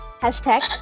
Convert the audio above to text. hashtag